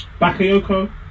Bakayoko